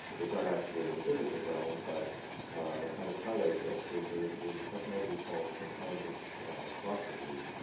which aren't actually in the physical realm, but kind of highlight this. there's a there's a technology called from plangents processes,